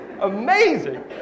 Amazing